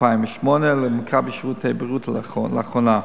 2008 ול"מכבי שירותי בריאות" לאחרונה.